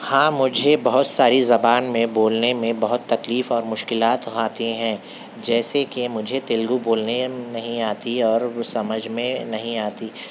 ہاں مجھے بہت ساری زبان میں بولنے میں بہت تکلیف اور مشکلات آتی ہیں جیسے کہ مجھے تیلگو بولنے نہیں آتی اور سمجھ میں نہیں آتی